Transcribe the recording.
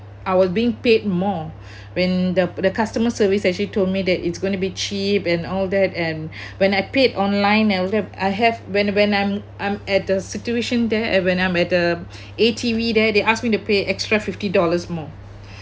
I was being paid more when the the customer service actually told me that it's going to be cheap and all that and when I paid online I was there I have when when I'm I'm at the situation there and when I'm at the A_T_V there they asked me to pay extra fifty dollars more